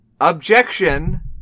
objection